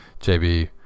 jb